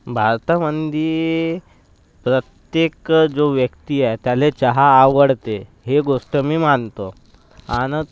भारतामध्ये प्रत्येक जो व्यक्ती आहे त्याला चहा आवडते हे गोष्ट मी मानतो अन्